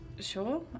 Sure